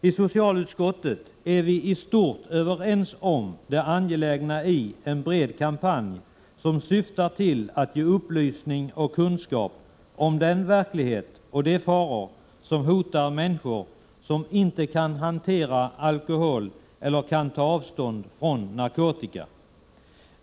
I socialutskottet är vi i stort överens om det angelägna i en bred kampanj, som syftar till att ge upplysning och kunskap om den verklighet och de faror som hotar människor som inte kan hantera alkohol eller kan ta avstånd från narkotika.